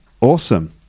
Awesome